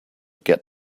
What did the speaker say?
get